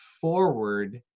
forward